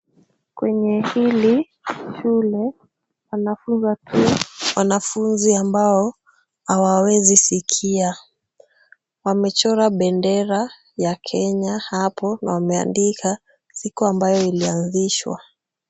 Kwenye hili shule, wanafunza tu wanafunzi ambao hawawezi sikia. Wamechora bendera ya Kenya hapo na wameandika siku ambayo ilianzishwa.